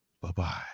Bye-bye